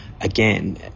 again